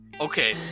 Okay